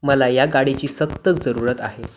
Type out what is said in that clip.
मला या गाडीची सक्त जरुरत आहे